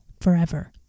forever